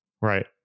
Right